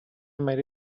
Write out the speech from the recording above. made